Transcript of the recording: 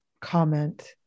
comment